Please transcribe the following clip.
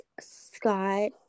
scott